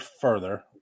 further